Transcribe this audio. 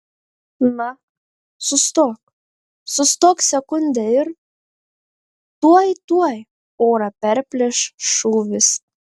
na sustok sustok sekundę ir tuoj tuoj orą perplėš šūvis